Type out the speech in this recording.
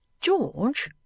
George